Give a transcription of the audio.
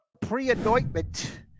Pre-anointment